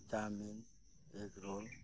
chowmein egg roll